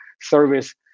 service